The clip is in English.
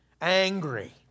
angry